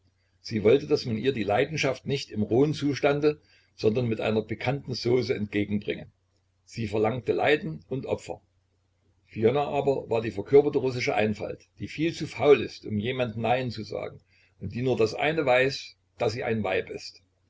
sie wollte daß man ihr die leidenschaft nicht im rohen zustande sondern mit einer pikanten sauce entgegenbringe sie verlangte leiden und opfer fiona war aber die verkörperte russische einfalt die viel zu faul ist um jemand nein zu sagen und die nur das eine weiß daß sie ein weib ist